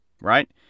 right